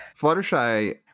Fluttershy